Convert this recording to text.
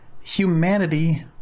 humanity